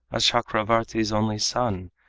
a chakravartin's only son,